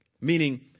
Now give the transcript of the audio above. meaning